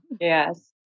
Yes